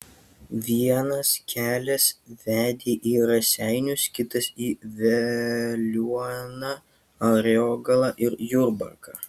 vienas kelias vedė į raseinius kitas į veliuoną ariogalą ir jurbarką